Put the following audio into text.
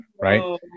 right